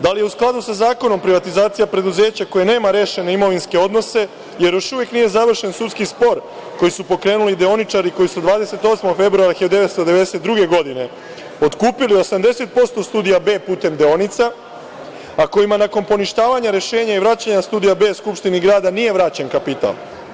Da li je u skladu sa zakonom privatizacija preduzeća koja nema rešene imovinske odnose, jer još uvek nije završen sudski spor koji su pokrenuli deoničari, koji su 28. februara 1992. godine otkupili 80% Studija B putem deonica, a kojima nakon poništavanja rešenja i vraćanja Studija B Skupštini grada nije vraćen kapital?